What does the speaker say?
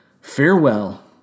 farewell